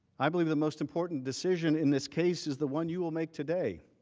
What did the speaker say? i believe the most important decision in this case is the one you will make today,